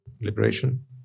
liberation